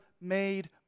made